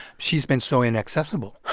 she's been so inaccessible.